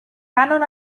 cànon